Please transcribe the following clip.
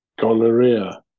gonorrhea